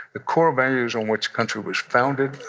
the core values on which country was founded,